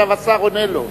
עכשיו השר עונה לו.